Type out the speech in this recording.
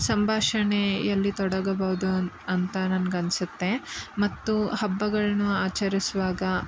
ಸಂಭಾಷಣೆಯಲ್ಲಿ ತೊಡಗಬೌದು ಅಂತ ನನ್ಗೆ ಅನಿಸುತ್ತೆ ಮತ್ತು ಹಬ್ಬಗಳನ್ನೂ ಆಚರಿಸುವಾಗ